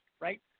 right